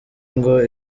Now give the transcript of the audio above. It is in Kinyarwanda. ngo